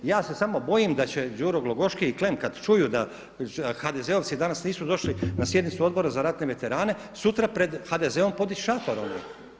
Ja se samo bojim da će Đuro Glogoški i Klen kad čuju da HDZ-ovci danas nisu došli na sjednicu Odbora za ratne veterane sutra pred HDZ-om podići šator onaj.